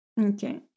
Okay